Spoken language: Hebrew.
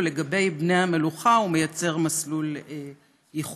ואילו לבני המלוכה החוק יוצר מסלול ייחודי.